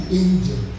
angel